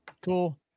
Cool